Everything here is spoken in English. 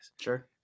Sure